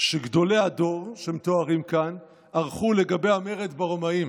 שגדולי הדור שמתוארים כאן ערכו לגבי המרד ברומאים,